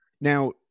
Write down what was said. Now